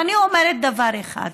ואני אומרת דבר אחד: